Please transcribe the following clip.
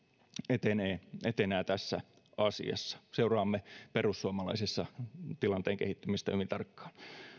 etenee tässä asiassa seuraamme perussuomalaisissa tilanteen kehittymistä hyvin tarkkaan